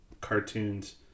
cartoons